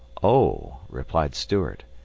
oh, replied stuart,